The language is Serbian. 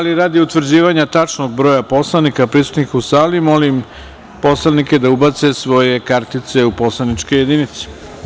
Radi utvrđivanja broja narodnih poslanika prisutnih u sali, molim poslanike da ubace svoje identifikacione kartice u poslaničke jedinice.